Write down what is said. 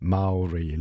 Maori